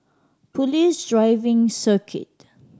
Police Driving Circuit